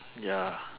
ya